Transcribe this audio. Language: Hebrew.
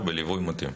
חוץ מבויאן,